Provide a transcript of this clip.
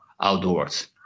outdoors